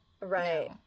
Right